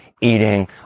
eating